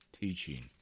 teaching